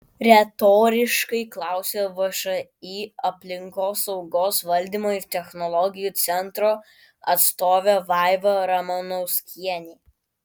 retoriškai klausia všį aplinkosaugos valdymo ir technologijų centro atstovė vaiva ramanauskienė